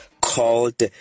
called